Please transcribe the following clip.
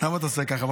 למה אתה עושה ככה?